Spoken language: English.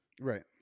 Right